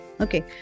Okay